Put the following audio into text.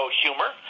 humor